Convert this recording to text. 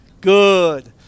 Good